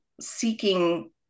seeking